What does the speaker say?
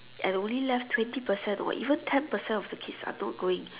and only left twenty percent or even ten percent of the kids are not going